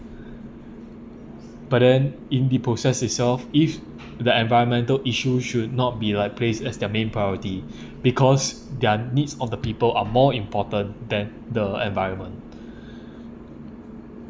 but then in the process itself if the environmental issue should not be like place as their main priority because their needs of the people are more important than the environment